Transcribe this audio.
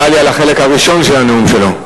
נראה לי שעל החלק הראשון של הנאום שלו.